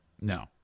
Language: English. No